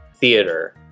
theater